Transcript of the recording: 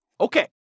Okay